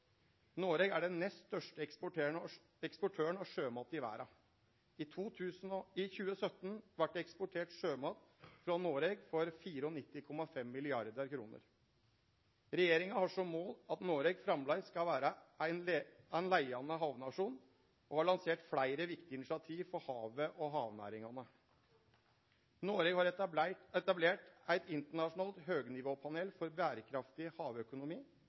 eksportøren av sjømat i verda. I 2017 vart det eksportert sjømat frå Noreg for 94,5 mrd. kr. Regjeringa har som mål at Noreg framleis skal vere ein leiande havnasjon, og har lansert fleire viktige initiativ for havet og havnæringane. Noreg har etablert eit internasjonalt høgnivåpanel for berekraftig havøkonomi,